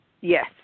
Yes